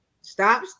Stop